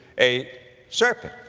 a serpent.